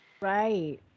Right